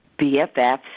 BFFs